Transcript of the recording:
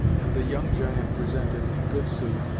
and the young giant presented, in good sooth,